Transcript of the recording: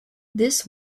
this